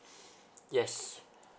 yes